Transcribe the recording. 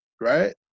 right